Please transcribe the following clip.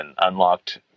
unlocked